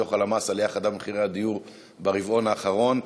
דוח הלמ"ס: עלייה חדה במחירי הדיור ברבעון האחרון.